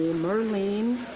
maurlene